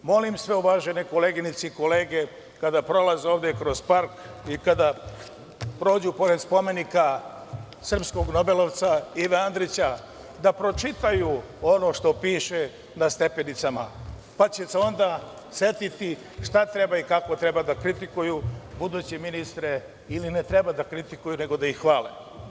Molim sve uvažene koleginice i kolege kada prolaze ovde kroz park i kada prođu pored spomenika srpskog nobelovca Ive Andrića da pročitaju ono što piše na stepenicama, pa će se onda setiti šta treba i kako treba da kritikuju buduće ministre ili ne treba da kritikuju, nego da ih hvale.